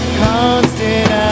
constant